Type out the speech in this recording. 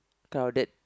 crowded